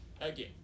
Again